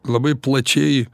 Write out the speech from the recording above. labai plačiai